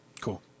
Cool